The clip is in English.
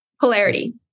polarity